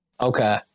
Okay